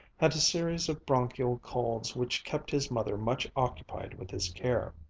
had a series of bronchial colds which kept his mother much occupied with his care.